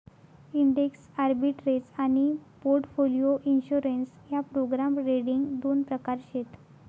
index arbitrage आनी portfolio insurance ह्या programme trading दोन प्रकार शेत